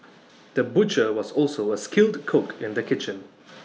the butcher was also A skilled cook in the kitchen